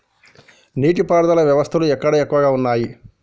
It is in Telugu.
నీటి పారుదల వ్యవస్థలు ఎక్కడ ఎక్కువగా ఉన్నాయి?